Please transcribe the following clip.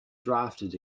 drafted